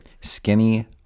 Skinny